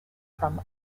from